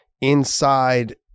inside